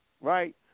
Right